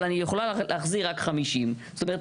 אבל אני יכולה להחזיר רק 50. זאת אומרת,